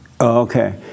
Okay